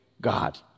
God